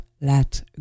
let